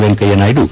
ವೆಂಕಯ್ಯನಾಯ್ತು